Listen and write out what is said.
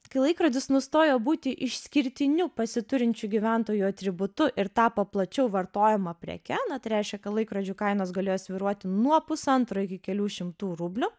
kai laikrodis nustojo būti išskirtiniu pasiturinčių gyventojų atributu ir tapo plačiau vartojama preke na tai reiškia kad laikrodžių kainos galėjo svyruoti nuo pusantro iki kelių šimtų rublių